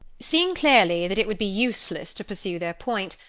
seeing clearly that it would be useless to pursue their point,